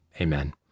amen